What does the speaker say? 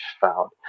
found